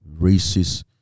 Racist